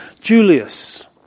Julius